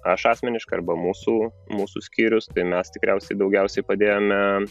aš asmeniškai arba mūsų mūsų skyrius tai mes tikriausiai daugiausiai padėjome